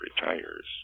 retires